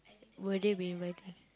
will they be inviting